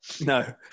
no